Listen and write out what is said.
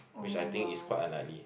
which I think is quite unlikely